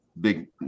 big